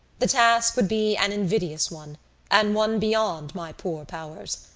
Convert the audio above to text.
the task would be an invidious one and one beyond my poor powers.